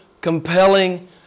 compelling